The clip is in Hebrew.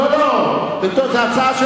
זה הצעה של